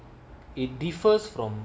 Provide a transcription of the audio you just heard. it differs from